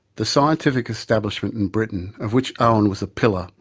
the scientific establishment in britain, of which owen was a pillar,